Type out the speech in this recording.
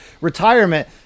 retirement